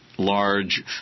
Large